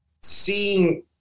seeing